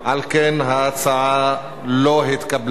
על כן ההצעה לא התקבלה.